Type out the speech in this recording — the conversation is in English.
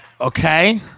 Okay